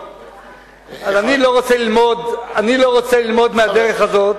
אני לא רוצה ללמוד מהדרך הזאת.